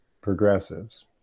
progressives